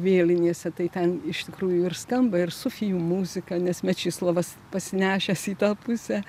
vėlinėse tai ten iš tikrųjų ir skamba ir sufijų muzika nes mečislovas pasinešęs į tą pusę